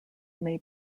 may